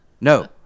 No